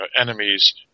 enemies